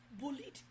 bullied